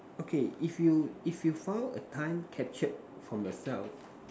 okay if you if you found a time captured from yourself